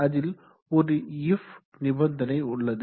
அதில் ஒரு இஃப் நிபந்தனை உள்ளது